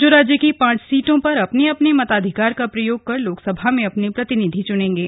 जो राज्य की पांच सीटों पर अपने अपने मताधिकार का प्रयोग कर लोकसभा में अपने प्रतिनिधि भेजेंगे